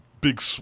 big